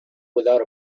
without